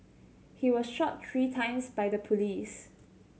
he was shot three times by the police